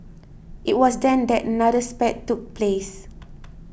it was then that another spat took place